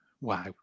wow